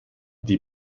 die